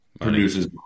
produces